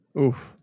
Oof